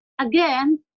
Again